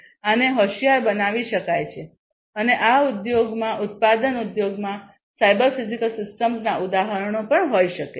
આને હોંશિયાર બનાવી શકાય છે અને આ ઉદ્યોગમાં ઉત્પાદન ઉદ્યોગમાં સાયબર ફિઝિકલ સિસ્ટમ્સના ઉદાહરણો પણ હોઈ શકે છે